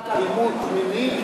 נפגעת אלימות מינית